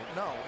no